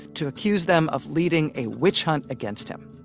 to accuse them of leading a witch-hunt against him